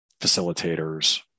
facilitators